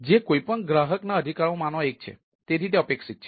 જે કોઈપણ ગ્રાહકના અધિકારોમાંનો એક છે તેથી તે અપેક્ષિત છે